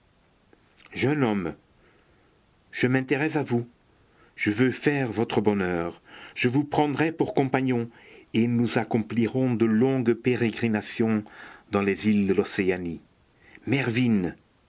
jeune homme je m'intéresse à vous je veux faire votre bonheur je vous prendrai pour compagnon et nous accomplirons de longues pérégrinations dans les îles de l'océanie